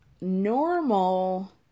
normal